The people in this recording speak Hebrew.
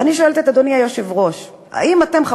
ואני שואלת את אדוני היושב-ראש: האם אתם,